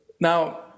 Now